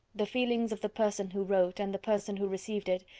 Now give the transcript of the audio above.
the feelings of the person who wrote, and the person who received it,